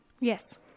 Yes